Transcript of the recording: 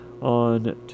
on